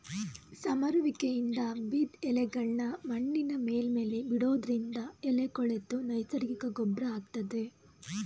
ಸಮರುವಿಕೆಯಿಂದ ಬಿದ್ದ್ ಎಲೆಗಳ್ನಾ ಮಣ್ಣಿನ ಮೇಲ್ಮೈಲಿ ಬಿಡೋದ್ರಿಂದ ಎಲೆ ಕೊಳೆತು ನೈಸರ್ಗಿಕ ಗೊಬ್ರ ಆಗ್ತದೆ